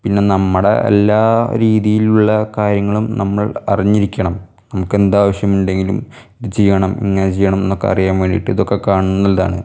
പിന്നെ നമ്മുടെ എല്ലാ രീതിയിലുള്ള കാര്യങ്ങളും നമ്മൾ അറിഞ്ഞിരിക്കണം നമുക്ക് എന്ത് ആവശ്യമുണ്ടെങ്കിലും ഇത് ചെയ്യണം ഇങ്ങനെ ചെയ്യണം എന്നൊക്കെ അറിയാൻ വേണ്ടിയിട്ട് ഇതൊക്കെ കാണുന്നതാണ്